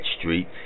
Street